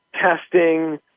testing